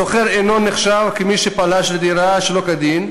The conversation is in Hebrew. השוכר אינו נחשב למי שפלש לדירה שלא כדין,